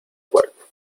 puerta